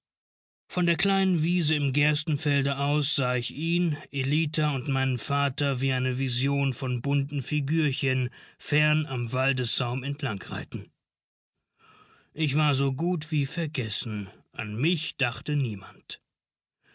von der kleinen wiese im gerstenfelde aus sah ich ihn ellita und meinen vater wie eine vision von bunten figürchen fern am waldessaum entlang reiten ich war so gut wie vergessen an mich dachte niemand